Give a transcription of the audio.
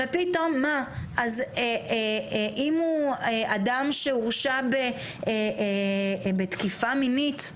אם הוא אדם שהורשע בתקיפה מינית,